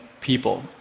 people